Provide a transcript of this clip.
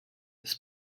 this